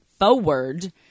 forward